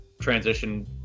transition